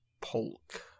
Polk